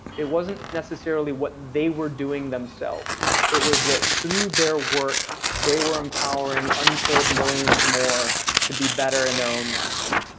it wasn't necessarily what they were doing themselves. it was that through their work, they were empowering untold millions more to be better in their own lives.